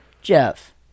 Jeff